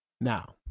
Now